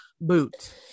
Boot